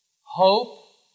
Hope